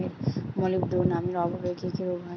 মলিবডোনামের অভাবে কি কি রোগ হয়?